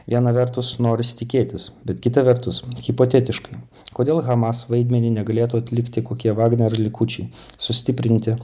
viena vertus norisi tikėtis bet kita vertus hipotetiškai kodėl hamas vaidmenį negalėtų atlikti kokie vagner likučiai sustiprinti